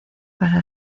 para